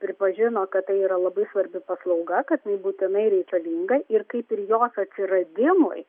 pripažino kad tai yra labai svarbi paslauga kad jinai būtinai reikalinga ir kaip ir jos atsiradimui